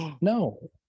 no